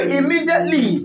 immediately